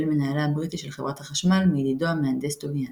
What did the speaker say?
מנהלה הבריטי של חברת החשמל מידידו המהנדס טוביאנסקי.